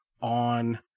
on